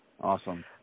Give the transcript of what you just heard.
Awesome